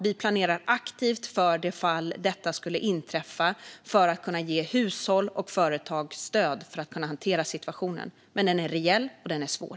Vi planerar aktivt för det fall detta skulle inträffa för att kunna ge hushåll och företag stöd att hantera situationen. Men risken är reell och svår.